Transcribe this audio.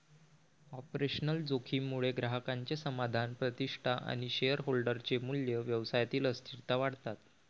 operational जोखीम मुळे ग्राहकांचे समाधान, प्रतिष्ठा आणि शेअरहोल्डर चे मूल्य, व्यवसायातील अस्थिरता वाढतात